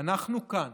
אנחנו כאן,